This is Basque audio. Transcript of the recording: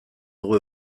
dugu